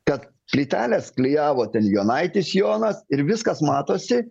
kad plyteles klijavo jonaitis jonas ir viskas matosi